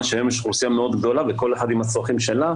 שהיום יש אוכלוסייה מאוד גדולה וכל אחד עם הצרכים שלו,